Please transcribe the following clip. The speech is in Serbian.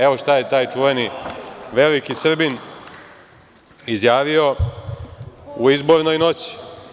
Evo, šta je taj čuveni, veliki Srbin izjavio u izbornoj noći.